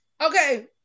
Okay